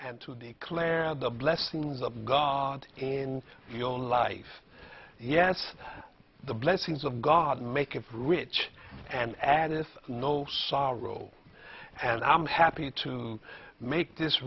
and to declare the blessings of god in your life yes the blessings of god make of rich and added no sorrow and i'm happy to make this